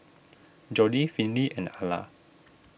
Jordi Finley and Ala